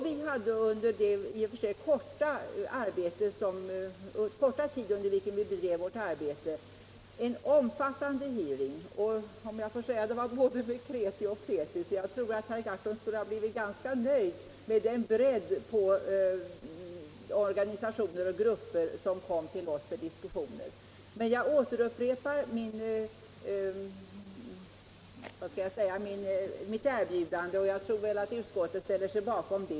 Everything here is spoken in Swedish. Vi hade under den i och för sig korta tid under vilken vi bedrev vårt arbete omfattande hearings med — om jag får uttrycka mig så — både kreti och pleti. Jag tror att herr Gahrton skulle kunna känna sig ganskå nöjd med bredden på de organisationer och grupper som kom till oss för diskussioner. Jag upprepar mitt tidigare erbjudande, och jag tror att utskottet ställer sig bakom det.